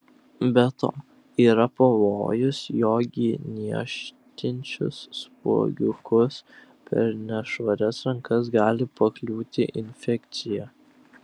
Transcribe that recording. be to yra pavojus jog į niežtinčius spuogiukus per nešvarias rankas gali pakliūti infekcija